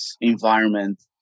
environment